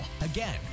Again